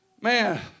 man